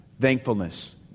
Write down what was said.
thankfulness